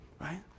right